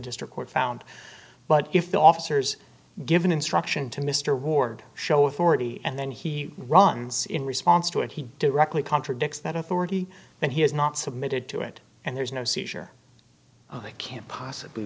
district court found but if the officers give an instruction to mr ward show authority and then he runs in response to it he directly contradicts that authority that he has not submitted to it and there's no seizure i can't possibly